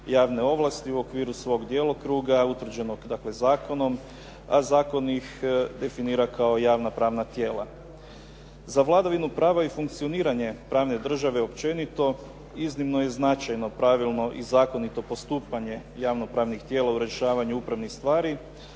javne ovlasti u okviru svog djelokruga, utvrđenog dakle, zakonom, a zakon ih definira kao javno pravna tijela. Za vladavinu prava i funkcioniranje pravne države općenito iznimno je značajno pravilno i zakonito postupanje javnopravnih tijela u rješavanju upravnih stvari